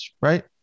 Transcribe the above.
right